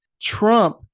Trump